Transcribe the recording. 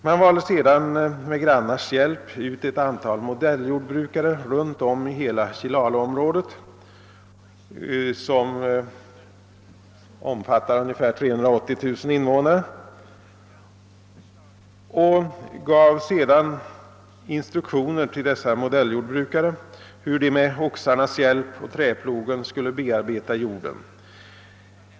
— och valde sedan med grannarnas hjälp ut ett antal modelljordbrukare runt om i hela Chilalo-området, som omfattar ungefär 380 000 invånare, och gav sedan till dessa modelljordbrukare instruktioner hur de med oxarnas hjälp och träplogen skulle bearbeta jorden.